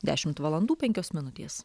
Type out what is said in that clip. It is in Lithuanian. dešimt valandų penkios minutės